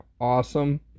Awesome